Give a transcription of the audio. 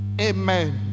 Amen